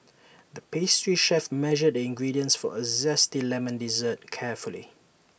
the pastry chef measured the ingredients for A Zesty Lemon Dessert carefully